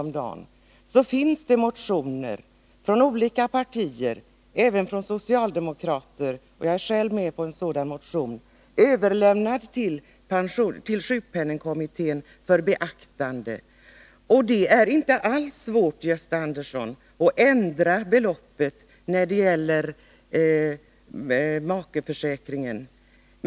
om dagen —- finns det motioner från olika partier, även från socialdemokrater — jag är själv med på en sådan — överlämnade till sjukpenningkommittén för beaktande. Och det är inte alls svårt, Gösta Andersson, att ändra beloppet för makeförsäkringen.